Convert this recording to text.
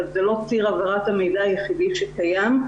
אבל זה לא ציר העברת המידע היחידי שקיים,